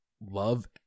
love